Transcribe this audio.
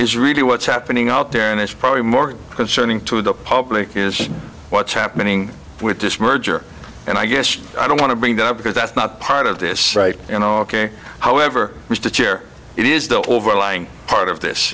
is really what's happening out there and it's probably more concerning to the public is what's happening with this merger and i guess i don't want to bring that up because that's not part of this strike you know ok however mr chair it is the overlying part of this